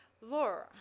laura